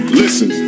listen